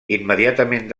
immediatament